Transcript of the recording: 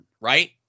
Right